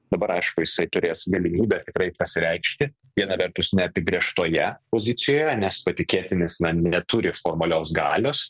dabar aišku jisai turės galimybę tikrai pasireikšti viena vertus neapibrėžtoje pozicijoje nes patikėtinis na neturi formalios galios